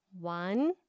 one